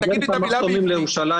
פעלנו שלא בסמכות.